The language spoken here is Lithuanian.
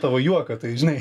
tavo juoką tai žinai